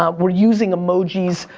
um we're using emojis,